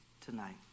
tonight